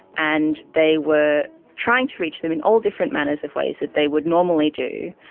and they were trying to reach them in all different manners of ways that they would normally do,